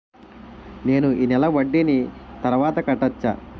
నేను ఈ నెల వడ్డీని తర్వాత కట్టచా?